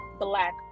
black